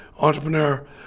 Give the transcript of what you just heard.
Entrepreneur